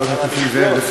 חבר הכנסת נסים זאב,